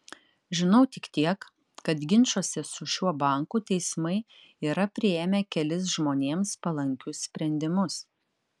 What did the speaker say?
žinau tik tiek kad ginčuose su šiuo banku teismai yra priėmę kelis žmonėms palankius sprendimus